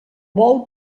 bou